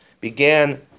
began